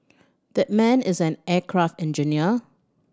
that man is an aircraft engineer